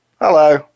Hello